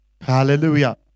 Hallelujah